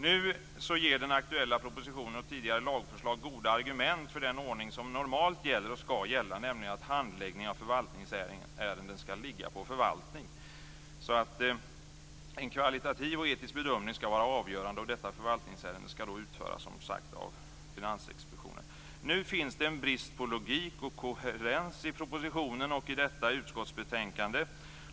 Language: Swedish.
Nu ger den aktuella propositionen och tidigare lagförslag goda argument för den ordning som normalt gäller, och skall gälla, nämligen att handläggning av förvaltningsärenden skall ligga på förvaltning. En kvalitativ och etisk bedömning skall alltså vara avgörande, och detta förvaltningsärende skall, som sagt, utföras av Finansinspektionen. Det finns emellertid en brist på logik och koherens i propositionen och i detta utskottsbetänkande.